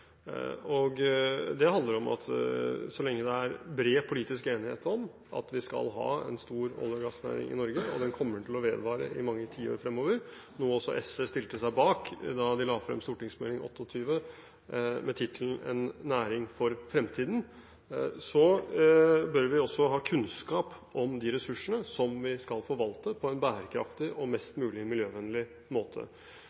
Det handler om at så lenge det er bred politisk enighet om at vi skal ha en stor olje- og gassnæring i Norge – og den kommer til å vedvare i mange tiår fremover, noe også SV stilte seg bak da de la frem Meld. St. 28 for 2010–2011 med tittelen En næring for framtida - om petroleumsvirksomheten – bør vi også ha kunnskap om de ressursene som vi skal forvalte på en bærekraftig og mest